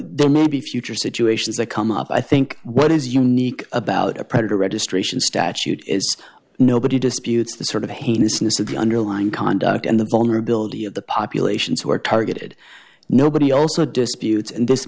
there may be future situations that come up i think what is unique about a predator registration statute is nobody disputes the sort of heinousness of the underlying conduct and the vulnerability of the populations who are targeted nobody also disputes and this